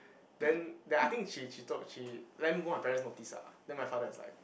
then then I think she she told she then both my parents noticed ah then my father is like